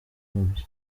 w’imfubyi